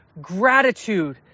gratitude